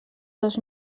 dos